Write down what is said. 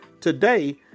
Today